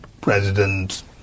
president